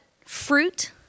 fruit